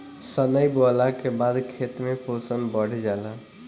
सनइ बोअला के बाद खेत में पोषण बढ़ जाला